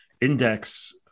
index